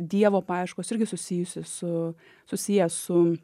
dievo paieškos irgi susijusi su susiję su